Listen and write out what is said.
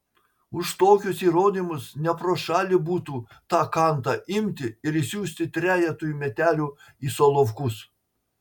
už tokius įrodymus ne pro šalį būtų tą kantą imti ir išsiųsti trejetui metelių į solovkus